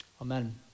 Amen